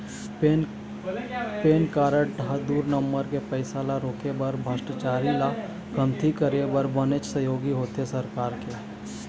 PAN card ह दू number के पइसा ल रोके बर भस्टाचारी ल कमती करे बर बनेच सहयोगी होथे सरकार के